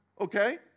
okay